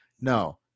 no